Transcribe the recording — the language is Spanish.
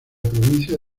provincia